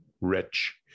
rich